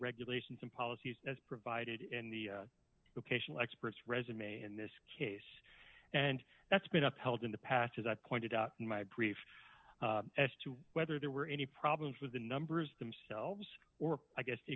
regulations and policies as provided in the locational experts resume in this case and that's been upheld in the past as i pointed out in my brief as to whether there were any problems with the numbers themselves or i guess the